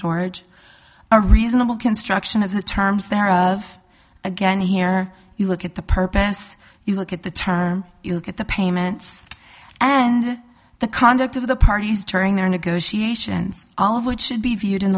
storage a reasonable construction of the terms thereof again here you look at the purpose you look at the term you'll get the payments and the conduct of the parties during their negotiations all of which should be viewed in